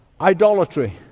idolatry